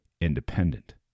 independent